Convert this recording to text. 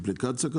אפליקציה?